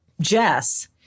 Jess